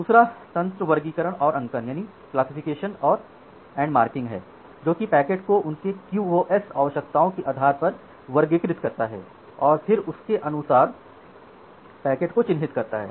दूसरा तंत्र वर्गीकरण और अंकन है जोकि पैकेट को उनके QoS आवश्यकताओं के आधार पर वर्गीकृत करता है और फिर उसके अनुसार पैकेट को चिह्नित करता है